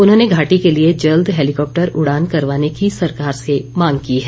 उन्होंने घाटी के लिए जल्द हेलिकॉप्टर उड़ान करवाने की सरकार से मांग की है